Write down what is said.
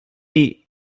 meet